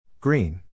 Green